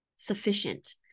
sufficient